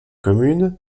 communes